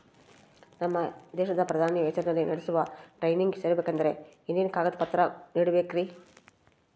ನಮ್ಮ ದೇಶದ ಪ್ರಧಾನಿ ಹೆಸರಲ್ಲಿ ನಡೆಸೋ ಟ್ರೈನಿಂಗ್ ಸೇರಬೇಕಂದರೆ ಏನೇನು ಕಾಗದ ಪತ್ರ ನೇಡಬೇಕ್ರಿ?